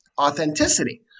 authenticity